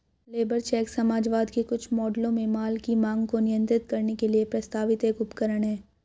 labour check समाजवाद के कुछ मॉडलों में माल की मांग को नियंत्रित करने के लिए प्रस्तावित एक उपकरण है